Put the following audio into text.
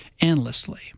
endlessly